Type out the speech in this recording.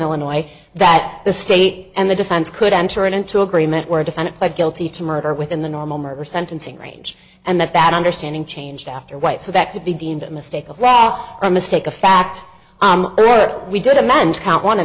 illinois that the state and the defense could enter into agreement where a defendant pled guilty to murder within the normal murder sentencing range and that that understanding changed after white so that could be deemed a mistake of rather a mistake a fact that we did amend count one in